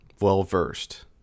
well-versed